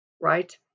right